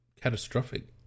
catastrophic